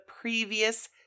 previous